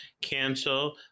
cancel